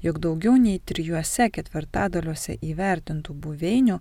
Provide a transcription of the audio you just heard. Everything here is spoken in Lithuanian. jog daugiau nei trijuose ketvirtadaliuose įvertintų buveinių